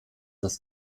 das